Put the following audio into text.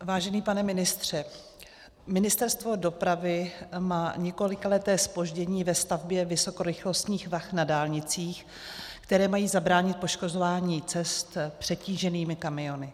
Vážený pane ministře, Ministerstvo dopravy má několikaleté zpoždění ve stavbě vysokorychlostních vah na dálnicích, které mají zabránit poškozování cest přetíženými kamiony.